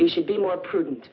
should be more prudent